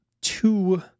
two